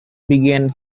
began